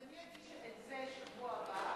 אז אני אגיש את זה בשבוע הבא,